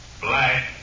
black